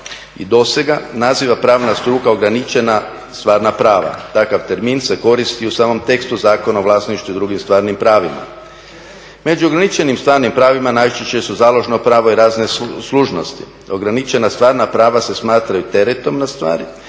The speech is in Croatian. i dosega naziva pravna struka ograničena stvarna prava. Takav termin se koristi u samom tekstu Zakona o vlasništvu i drugim stvarnim pravima. Među ograničenim stvarnim pravima najčešće su založno pravo i razne služnosti. Ograničena stvarna prava se smatraju teretom nad stvari